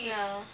ya lor